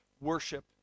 Worship